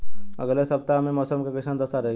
अलगे सपतआह में मौसम के कइसन दशा रही?